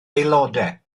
aelodau